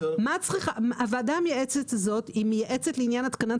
הוועדה המייעצת היא מייעצת לעניין התקנת